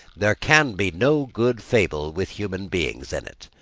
there can be no good fable with human beings in it.